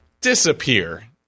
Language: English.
Disappear